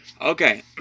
Okay